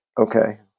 Okay